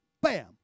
Bam